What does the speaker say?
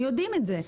הם יודעים את זה.